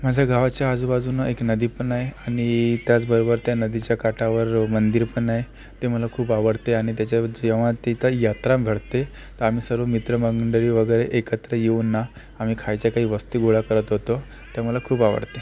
माझ्या गावाच्या आजूबाजूनं एक नदी पण आहे आणि त्याचबरोबर त्या नदीच्या काठावर मंदिर पण आहे ते मला खूप आवडते आणि त्याच्या जेव्हा तिथं यात्रा घडते तर आम्ही सर्व मित्रमंडळी वगैरे एकत्र येऊन ना आम्ही खायच्या काही वस्तू गोळा करत होतो ते मला खूप आवडते